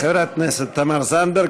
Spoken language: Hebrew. תודה לחברת הכנסת תמר זנדברג.